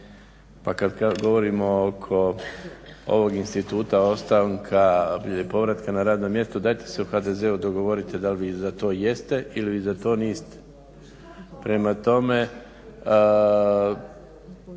Pa kad govorimo oko ovog instituta ostanka ili povratka na radno mjesto, dajte se u HDZ-u dogovorite dal' vi za to jeste ili vi za to niste. Prema tome,